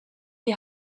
die